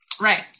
Right